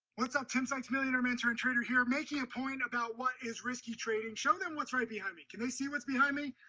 what's up tim sykes, millionaire mentor and trader here, making a point about what is risky trading. show them what's right behind me, can they see what's behind me?